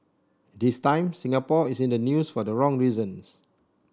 this time Singapore is in the news for the wrong reasons